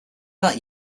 that